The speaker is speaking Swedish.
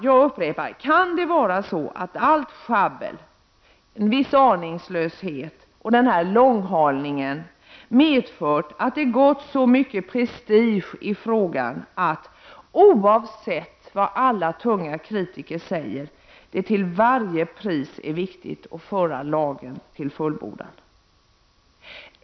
Jag upprepar: Kan det vara så att allt schabbel, en viss aningslöshet och den här långhalningen har medfört att det har gått så mycket prestige i frågan att — oavsett vad alla tunga kritiker säger — det till varje pris är viktigt att föra lagen till fullbordan?